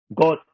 god